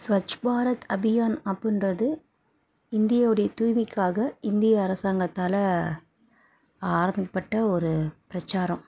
ஸ்வச் பாரத் அபியான் அப்புடின்றது இந்தியாவுடைய தூய்மைக்காக இந்திய அரசாங்கத்தால் ஆரம்பிக்கப்பட்ட ஒரு பிரச்சாரம்